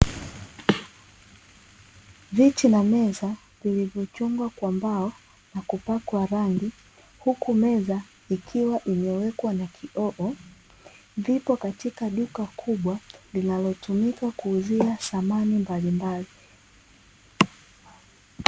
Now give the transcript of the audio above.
Viti na meza vilivyochongwa kwa mbao na kupakwa rangi, huku meza ikiwa imewekwa na kioo, vipo katika duka kubwa linalotumika kuuzia samani mbalimbali.